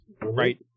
Right